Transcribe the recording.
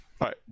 right